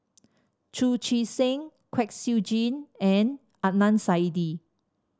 Chu Chee Seng Kwek Siew Jin and Adnan Saidi